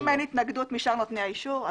אם אין התנגדות משאר נותני האישור,